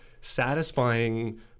satisfying